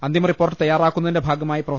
അന്തിമ റിപ്പോർട്ട് തയ്യാറാക്കുന്നതിന്റെ ഭാഗമായി പ്രൊഫ